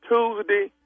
Tuesday